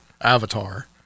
avatar